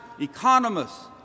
economists